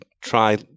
try